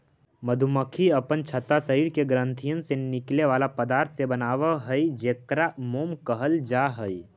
मधुमक्खी अपन छत्ता शरीर के ग्रंथियन से निकले बला पदार्थ से बनाब हई जेकरा मोम कहल जा हई